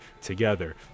together